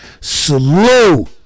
Salute